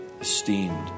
esteemed